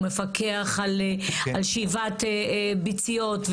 הוא מפקח על שאיבת ביציות.